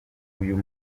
uyu